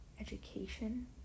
education